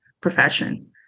profession